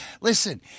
Listen